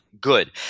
Good